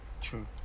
True